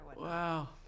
Wow